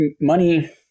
money